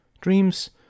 Dreams